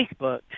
Facebook